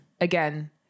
again